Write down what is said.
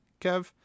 Kev